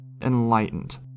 enlightened